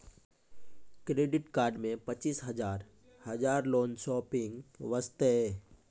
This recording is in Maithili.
क्रेडिट कार्ड मे पचीस हजार हजार लोन शॉपिंग वस्ते?